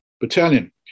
battalion